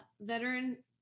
veteran